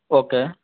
okay